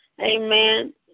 Amen